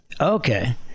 Okay